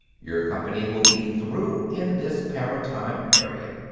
your company will be through in this paratime area.